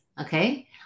okay